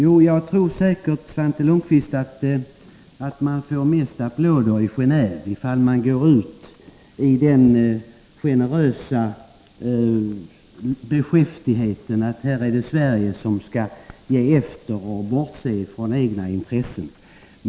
Herr talman! Jo, Svante Lundkvist, jag tror säkert att man får mest applåder i Geheve om man går ut med den beskäftigt generösa inställningen att Sverige skall ge efter och bortse från egna intressen.